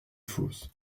fosse